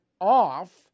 off